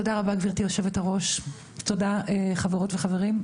תודה רבה גברתי יושבת-הראש, תודה חברות וחברים.